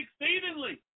exceedingly